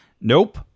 Nope